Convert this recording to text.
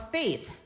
faith